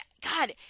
God